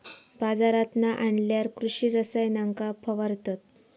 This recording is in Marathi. बाजारांतना आणल्यार कृषि रसायनांका फवारतत